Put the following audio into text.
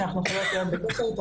שאנחנו יכולות להיות בקשר אתו,